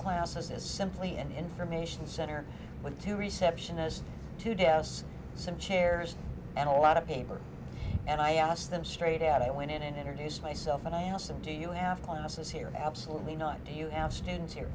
classes is simply an information center with two receptionist to douse some chairs and a lot of paper and i asked them straight out i went in and introduced myself and i asked them do you have classes here absolutely not do you have students here